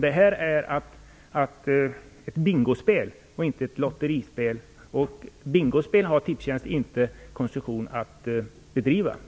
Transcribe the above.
Det är ett bingospel och inte ett lotterispel, och bingospel har Tipstjänst inte koncession att bedriva.